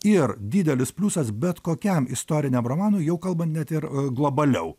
ir didelis pliusas bet kokiam istoriniam romanui jau kalbant net ir globaliau